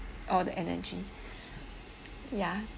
all the energy ya